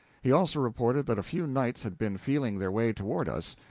he also reported that a few knights had been feeling their way toward us,